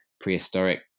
prehistoric